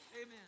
Amen